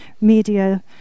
media